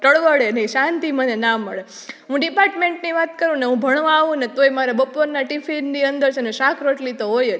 તળવળે નઈ શાંતિ મને ના મળે હું ડિપાર્ટમેંટની વાત કરુંને હું ભણવા આવુંને તોય મને બપોરના ટિફિનની અંદર છેને શાક રોટલી તો હોય જ